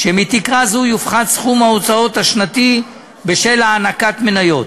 ושמתקרה זו יופחת סכום ההוצאות השנתי בשל הענקת מניות.